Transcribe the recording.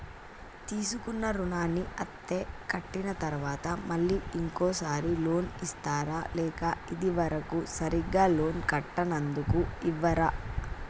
తీసుకున్న రుణాన్ని అత్తే కట్టిన తరువాత మళ్ళా ఇంకో సారి లోన్ ఇస్తారా లేక ఇది వరకు సరిగ్గా లోన్ కట్టనందుకు ఇవ్వరా?